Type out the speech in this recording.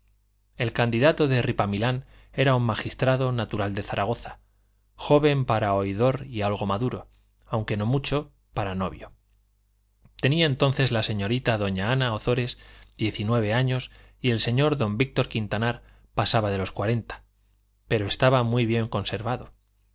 el candidato de ripamilán era un magistrado natural de zaragoza joven para oidor y algo maduro aunque no mucho para novio tenía entonces la señorita doña ana ozores diez y nueve años y el señor don víctor quintanar pasaba de los cuarenta pero estaba muy bien conservado